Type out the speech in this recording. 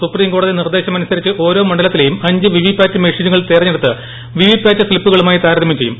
സുപ്രീംകോടതി നിർദ്ദേശമനുസരിച്ച് ഓരോ മണ്ഡലത്തിലേയും അഞ്ച് വിവി പാറ്റ് മെഷീനുകൾ തെരഞ്ഞെടുത്ത് വിവി പാറ്റ് സ്ലിപ്പുകളുമായി താരതമ്യം ചെയ്യും